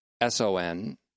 S-O-N